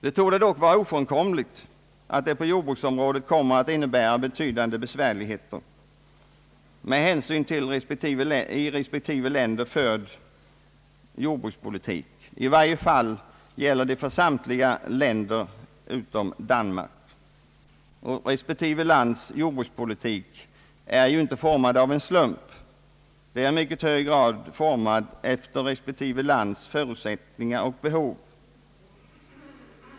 Det torde dock vara ofrånkomligt att en nordisk marknadsgemenskap kommer att innebära avsevärda svårigheter på jordbruksområdet med hänsyn till i respektive länder förd jordbrukspolitik — i varje fall gäller det för samtliga länder utom Danmark. Och respektive länders jordbrukspolitik är ju inte formad av en slump utan bygger i mycket hög grad på varje lands förutsättningar och behov.